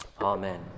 Amen